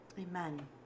amen